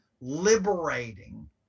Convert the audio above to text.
liberating